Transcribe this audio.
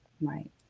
Right